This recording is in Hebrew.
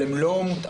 אבל הן לא מותאמות